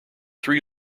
three